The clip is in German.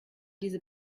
diese